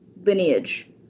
lineage